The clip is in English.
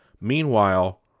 Meanwhile